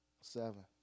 Seven